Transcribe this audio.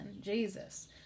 Jesus